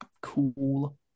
cool